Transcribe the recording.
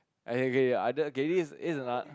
okay okay ya that okay this is this is another